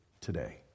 today